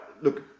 look